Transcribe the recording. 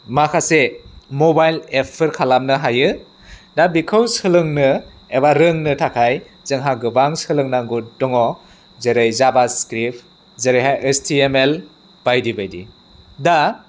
माखासे मबाइल एपफोर खालामनो हायो दा बेखौ सोलोंनो एबा रोंनो थाखाय जोंहा गोबां सोलोंनांगौ दङ जेरै जाभा स्क्रिप जेरैहाय एच टि एम एल बायदि बायदि दा